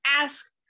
Ask